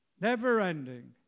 never-ending